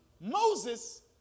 Moses